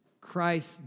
Christ